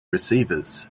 receivers